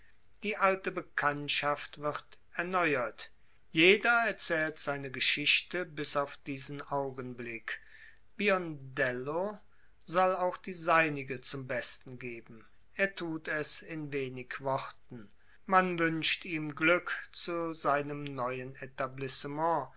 die alte bekanntschaft wird erneuert jeder erzählt seine geschichte bis auf diesen augenblick biondello soll auch die seinige zum besten geben er tut es in wenig worten man wünscht ihm glück zu seinem neuen etablissement